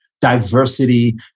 diversity